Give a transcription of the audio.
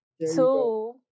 Two